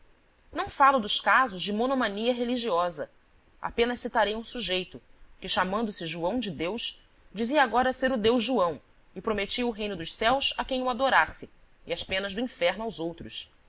não falo dos casos de monomania religiosa apenas citarei um sujeito que chamando-se joão de deus dizia agora ser o deus joão e prometia o reino dos céus a quem o adorasse e as penas do inferno aos outros